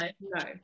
no